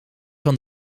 van